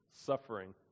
Suffering